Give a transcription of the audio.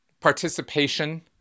participation